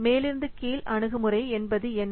மேலிருந்து கீழ் அணுகுமுறை என்பது என்ன